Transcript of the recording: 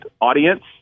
audience